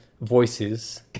voices